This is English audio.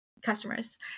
customers